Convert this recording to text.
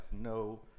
no